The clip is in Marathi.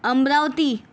अमरावती